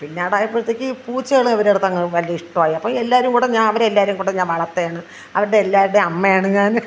പിന്നേടായപ്പോഴത്തേക്ക് പൂച്ചകൾ ഇവരെടുത്തങ്ങ് വലിയ ഇഷ്ടമായി അപ്പം എല്ലാരെയും കൂടെ അവരെ എല്ലാരെയും കൂടെ ഞാൻ വളർത്തേണ് അവരുടെ എല്ലാരുടെയും അമ്മയാണ് ഞാൻ